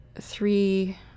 three